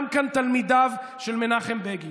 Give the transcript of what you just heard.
כולם כאן תלמידיו של מנחם בגין,